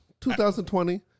2020